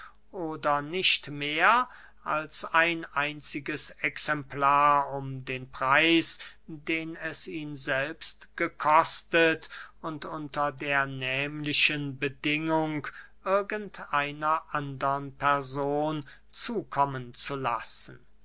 oder nicht mehr als ein einziges exemplar um den preis den es ihn selbst gekostet und unter der nehmlichen bedingung irgend einer andern person zukommen zu lassen